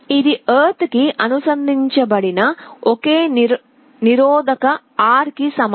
ఇది ఎర్త్ కి అనుసంధానించబడిన ఒకే నిరోధకత R కి సమానం